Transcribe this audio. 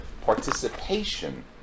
participation